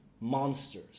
monsters